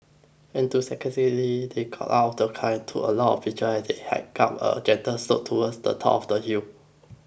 enthusiastically they got out of the car and took a lot of pictures as they hiked up a gentle slope towards the top of the hill